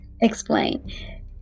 explain